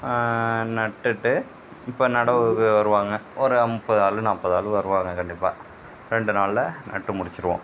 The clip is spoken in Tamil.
நட்டுட்டு இப்போ நடவுக்கு வருவாங்க ஒரு முப்பது ஆளு நாற்பது ஆளு வருவாங்க கண்டிப்பாக ரெண்டு நாளில் நட்டு முடித்துருவோம்